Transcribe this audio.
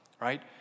right